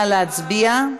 נא להצביע.